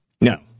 No